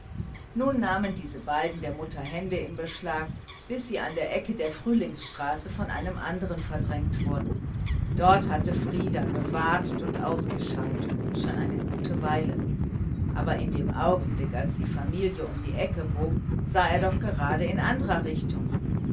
nun nahmen diese beiden der mutter hände in beschlag bis sie an der ecke der frühlingsstraße von einem andern verdrängt wurden dort hatte frieder gewartet und ausgeschaut schon eine gute weile aber in dem augenblick als die familie um die ecke bog sah er doch gerade in anderer richtung